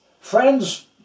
Friends